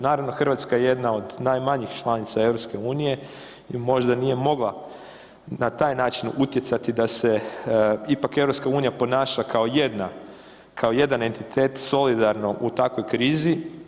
Naravno Hrvatska je jedna od najmanjih članica EU i možda nije mogla na taj način utjecati da se ipak EU ponaša kao jedna, kao jedan entitet solidarno u takvoj krizi.